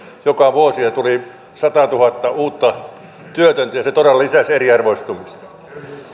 joka vuosi ja tuli satatuhatta uutta työtöntä ja se todella lisäsi eriarvoistumista